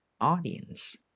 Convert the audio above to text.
Audience